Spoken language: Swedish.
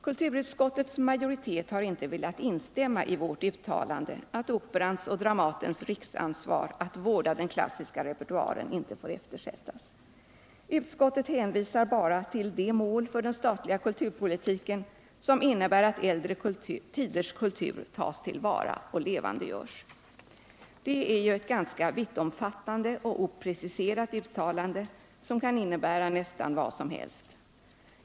Kulturutskottets majoritet har inte velat instämma i vårt uttalande att Operans och Dramatens riksansvar att vårda den klassiska repertoaren inte får eftersättas. Utskottet hänvisar bara till det mål för den statliga kulturpolitiken som innebär att äldre tiders kultur tas till vara och levandegörs. Det är ett ganska vittomfattande och opreciserat uttalande, som kan innebära nästan vad som helst.